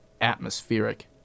atmospheric